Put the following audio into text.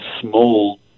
small